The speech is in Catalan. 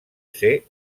ser